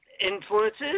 influences